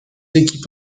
équipes